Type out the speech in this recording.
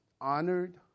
honored